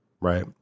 right